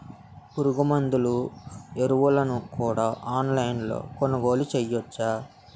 పురుగుమందులు ఎరువులను కూడా ఆన్లైన్ లొ కొనుగోలు చేయవచ్చా?